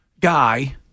guy